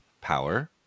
power